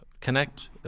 connect